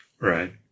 Right